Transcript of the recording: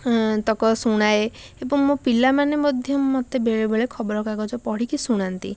ତକ ଶୁଣାଏ ଏବଂ ମୋ ପିଲାମାନେ ମଧ୍ୟ ମୋତେ ବେଳେବେଳେ ଖବରକାଗଜ ପଢ଼ିକି ଶୁଣାନ୍ତି